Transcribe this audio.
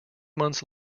months